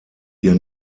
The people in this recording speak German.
ihr